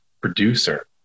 producer